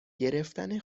گرفتن